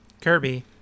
Kirby